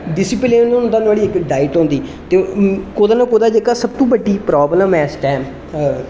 discipline हुंदा नुआढ़ी इक डाइट हुंदी कुतै ना कुतै जेह्की सब तूं बड्डी प्राबलम ऐ इस टैम